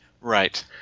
Right